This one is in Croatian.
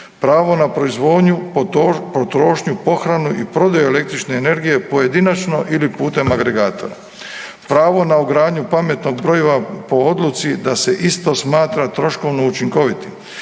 pravo na proizvodnju, potrošnju, pohranu i prodaju električne energije pojedinačno ili putem agregata, pravo na ugradnju pametnog brojila po odluci da se isto smatra troškovno učinkovitim